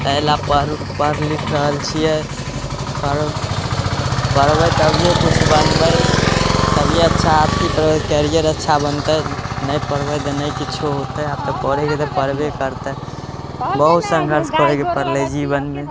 अइ लए पढ़ि लिखि रहल छियै पढ़बै तभिये कुछ बनबै तभिये अच्छा स्थिति हेतै कैरियर अच्छा बनतै नहि पढ़बै तऽ नहि किछो होतै पढ़ैके तऽ करबे करतै बहुत सङ्घर्ष करैके पड़लै जीवनमे